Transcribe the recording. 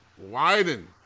widen